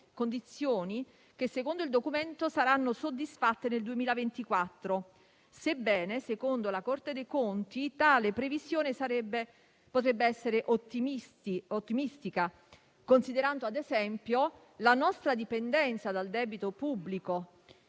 condizioni, secondo il Documento, saranno soddisfatte nel 2024, sebbene secondo la Corte dei conti tale previsione sarebbe potrebbe essere ottimistica, considerando - ad esempio - la nostra dipendenza dal debito pubblico.